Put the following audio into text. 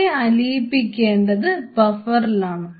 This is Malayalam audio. അവയെ അലിയിപ്പിക്കേണ്ടത് ബഫറിലാണ്